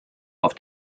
auf